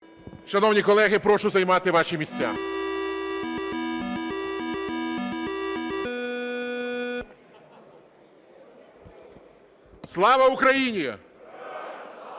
Шановні колеги, прошу займати ваші місця. Слава Україні! Шановні